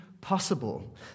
possible